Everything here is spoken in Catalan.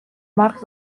marc